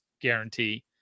guarantee